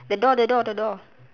the door the door the door